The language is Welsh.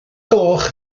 gloch